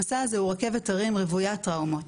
המסע הזה הוא רכבת הרים רוויה טראומות.